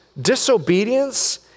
disobedience